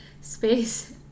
space